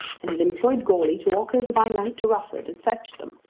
and had employed goarly to walk over by night to rufford and fetch them.